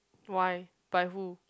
why by who